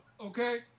okay